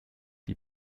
die